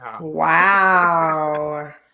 Wow